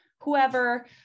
whoever